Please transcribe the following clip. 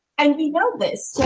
and we know